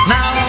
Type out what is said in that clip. Now